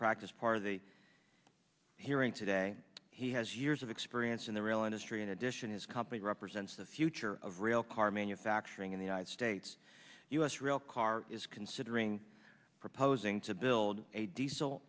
practise part of the hearing today he has years of experience in the rail industry in addition his company represents the future of rail car manufacturing in the united states u s rail car is considering proposing to build a diesel